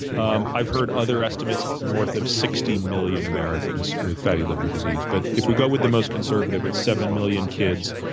um i've heard other estimates north of sixty million americans with fatty liver disease. but if we go with the most conservative, it's seven million kids,